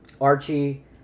Archie